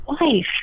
wife